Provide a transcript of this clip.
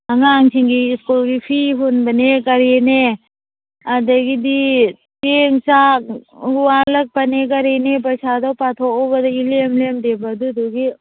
ꯑꯉꯥꯡꯁꯤꯡꯒꯤ ꯁ꯭ꯀꯨꯜꯒꯤ ꯐꯤ ꯍꯨꯟꯕꯅꯦ ꯀꯔꯤꯅꯦ ꯑꯗꯒꯤꯗꯤ ꯆꯦꯡ ꯆꯥꯛ ꯋꯥꯜꯂꯛꯄꯅꯦ ꯀꯔꯤꯅꯦ ꯄꯩꯁꯥꯗꯣ ꯄꯥꯊꯣꯛꯂꯨꯕꯗ ꯏꯂꯦꯝ ꯂꯦꯝꯗꯦꯕ ꯑꯗꯨꯗꯨꯒꯤ